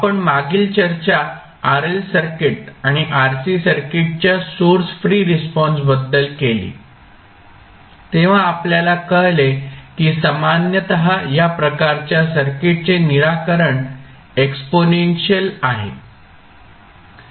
आपण मागील चर्चा RL सर्किट आणि RC सर्किटच्या सोर्स फ्री रिस्पॉन्स बद्दल केली तेव्हा आपल्याला कळले की सामान्यत या प्रकारच्या सर्किटचे निराकरण एक्सपोनेन्शियल आहे